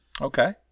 Okay